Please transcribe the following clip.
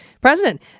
president